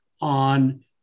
on